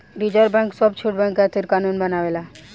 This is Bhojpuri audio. रिज़र्व बैंक सब छोट बैंक खातिर कानून बनावेला